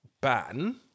ban